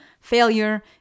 failure